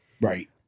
Right